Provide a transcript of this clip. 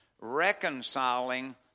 reconciling